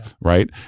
right